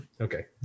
Okay